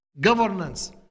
governance